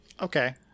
Okay